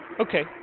Okay